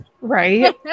Right